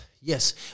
yes